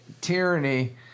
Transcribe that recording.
tyranny